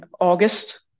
August